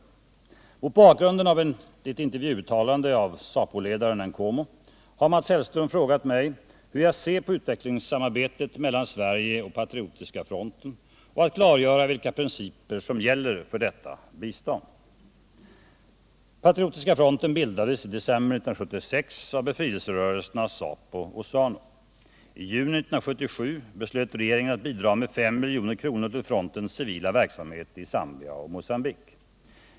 Mot bakgrund av ett intervjuuttalande av ZAPU-ledaren Nkomo har Mats Hellström frågat mig hur jag ser på utvecklingssamarbetet mellan Sverige och Patriotiska fronten och att klargöra vilka principer som gäller för detta bistånd. Patriotiska fronten bildades i december 1976 av befrielserörelserna ZAPU och ZANU. I juni 1977 beslöt regeringen att bidra med 5 milj.kr. till frontens civila verksamhet i Zambia och Mogambique.